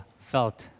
felt